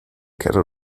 keller